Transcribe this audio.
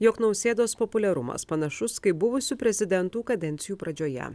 jog nausėdos populiarumas panašus kaip buvusių prezidentų kadencijų pradžioje